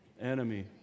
enemy